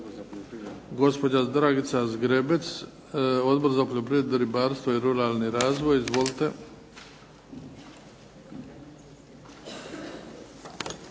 Gospođa Dragica Zgrebec, Odbor za poljoprivredu, ribarstvo i ruralni razvoj. Izvolite.